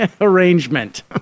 arrangement